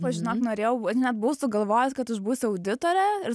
aš žinok norėjau vat net buvau sugalvojus kad aš būsiu auditorė ir